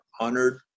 honored